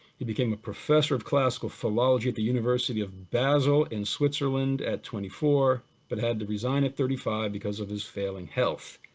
he became a professor of classical philology at the university of basel in switzerland at twenty four, but had to reason at thirty five because of his failing health.